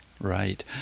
right